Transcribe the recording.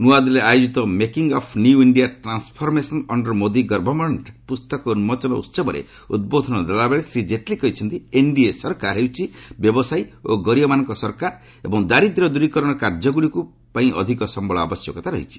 ନୂଆଦିଲ୍ଲୀରେ ଆୟୋଜିତ making of new India transformation under Modi government ପୁସ୍ତକ ଉନ୍ମୋଚନ ଉହବରେ ଉଦ୍ବୋଧନ ଦେଲାବେଳେ ଶ୍ରୀ ଜେଟଲୀ କହିଛନ୍ତି ଏନ୍ଡିଏ ସରକାର ହେଉଛି ବ୍ୟବସାୟୀ ଓ ଗରିବମାନଙ୍କ ସରକାର ଏବଂ ଦାରିଦ୍ର୍ୟ ଦୂରିକରଣ କାର୍ଯ୍ୟଗୁଡ଼ିକ ପାଇଁ ଅଧିକ ସମ୍ଘଳ ଆବଶ୍ୟକତା ରହିଛି